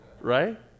Right